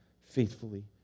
faithfully